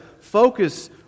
focus